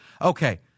Okay